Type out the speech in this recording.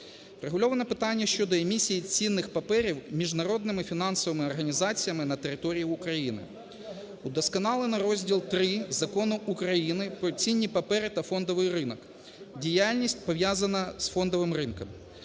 Врегульовано питання щодо емісії цінних паперів міжнародними фінансовими організаціями на території України. Вдосконалено розділ ІІІ Закону України "Про цінні папери та фондовий ринок", діяльність пов'язана з фондовим ринком.